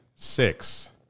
six